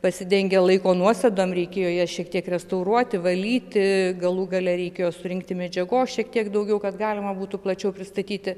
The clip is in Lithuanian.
pasidengę laiko nuosėdom reikėjo jas šiek tiek restauruoti valyti galų gale reikėjo surinkti medžiagos šiek tiek daugiau kad galima būtų plačiau pristatyti